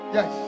Yes